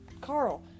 Carl